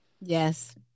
Yes